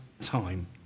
time